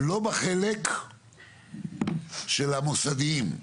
לא בחלק של המוסדיים.